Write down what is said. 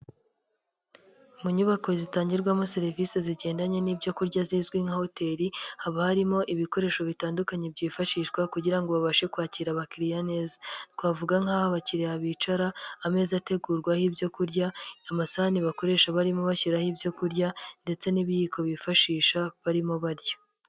Mu nyubako zitangirwamo serivisi zigendanye n'ibyokurya zizwi nka hoteli, haba harimo ibikoresho bitandukanye byifashishwa kugira babashe kwakira abakiriya neza. Twavuga nk'aho abakiriya bicara, ameza ategurwaho ibyokurya, amasahani bakoresha barimo bashyiraho ibyokurya, ndetse n'ibiyiko bifashisha barimo barya.